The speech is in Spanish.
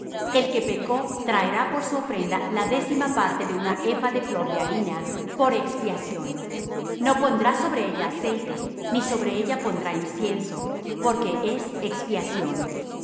el que pecó traerá por su ofrenda la décima parte de un epha de flor de harina por expiación no pondrá sobre ella aceite ni sobre ella pondrá incienso porque es expiación